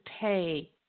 pay